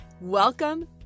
Welcome